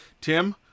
Tim